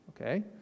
Okay